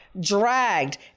dragged